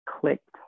clicked